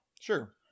Sure